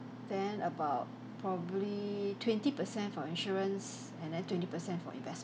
then about probably twenty per cent for insurance and then twenty percent for investment